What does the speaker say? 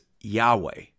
Yahweh